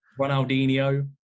Ronaldinho